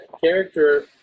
character